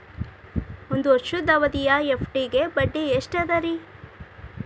ಒಂದ್ ವರ್ಷದ ಅವಧಿಯ ಎಫ್.ಡಿ ಗೆ ಬಡ್ಡಿ ಎಷ್ಟ ಅದ ರೇ?